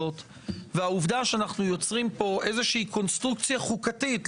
והעובדה שאנחנו יוצרים פה איזושהי קונסטרוקציה חוקתית,